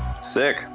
Sick